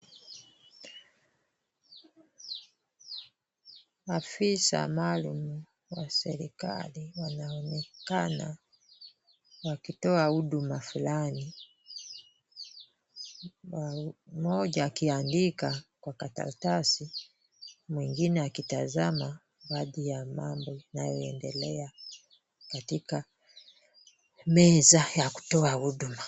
Afisa Maalum anaonekana akitoa huduma fulani, mmoja akiandika kwenye karatasi mwingine akitazama, mambo yanayoendelea katika meza ya kutoa huduma.